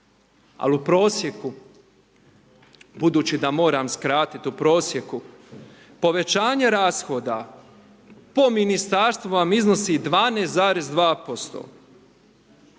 Ali u prosjeku, budući da moram skratiti, u prosjeku, povećanje rashoda po ministarstvu vam iznosi 12,2%.